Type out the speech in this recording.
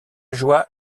joie